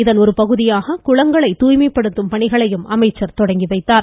இதன் ஒருபகுதியாக குளங்களை தூய்மைப்படுத்தும் பணிகளையும் அமைச்சர் தொடங்கி வைத்தார்